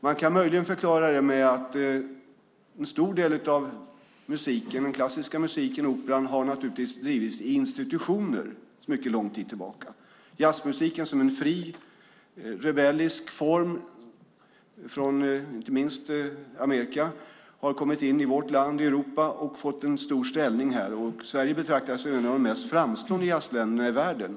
Man kan möjligen förklara det med att en stor del av den klassiska musiken och Operan har drivits i institutioner sedan mycket lång tid tillbaka. Jazzmusiken som en fri, rebellisk form från inte minst Amerika har kommit in i vårt land och i Europa och fått en stark ställning här. Sverige betraktas för övrigt som ett av de mest framstående jazzländerna i världen.